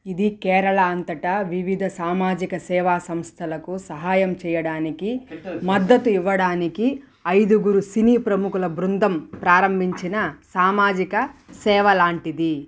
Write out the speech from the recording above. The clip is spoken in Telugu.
ఇది కేరళ అంతటా వివిధ సామాజిక సేవా సంస్థలకు సహాయం చేయడానికి మద్దతు ఇవ్వడానికి ఐదుగురు సినీ ప్రముఖుల బృందం ప్రారంభించిన సామాజిక సేవ లాంటిది